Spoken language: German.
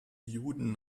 juden